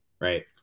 right